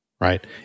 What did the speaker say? right